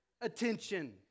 attention